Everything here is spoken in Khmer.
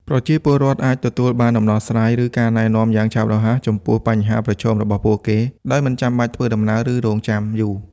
ប្រជាពលរដ្ឋអាចទទួលបានដំណោះស្រាយ ឬការណែនាំបានយ៉ាងឆាប់រហ័សចំពោះបញ្ហាប្រឈមរបស់ពួកគេ ដោយមិនចាំបាច់ធ្វើដំណើរ ឬរង់ចាំយូរ។